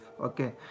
okay